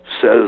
says